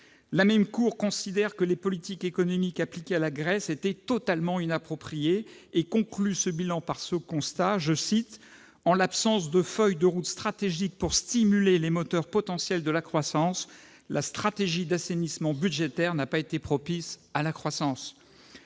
La même Cour considère que les politiques économiques appliquées à la Grèce étaient totalement inappropriées et conclut son bilan par ce constat :« En l'absence de feuille de route stratégique pour stimuler les moteurs potentiels de la croissance, la stratégie d'assainissement budgétaire n'a pas été propice à la croissance. »